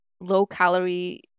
low-calorie